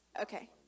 Okay